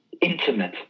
intimate